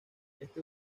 este